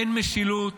אין משילות,